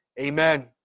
amen